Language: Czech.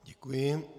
Děkuji.